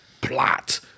Plot